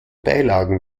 beilagen